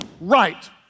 right